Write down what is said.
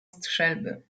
strzelby